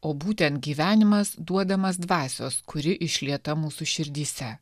o būtent gyvenimas duodamas dvasios kuri išlieta mūsų širdyse